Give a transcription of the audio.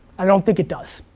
i don't think it does.